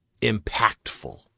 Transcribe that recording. impactful